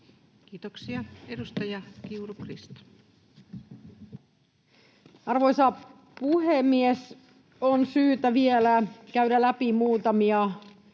Kiitoksia. — Edustaja Kiuru, Krista. Arvoisa puhemies! On syytä vielä käydä läpi muutamia